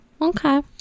Okay